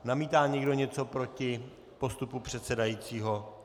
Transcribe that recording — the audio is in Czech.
Namítá někdo něco proti postupu předsedajícího?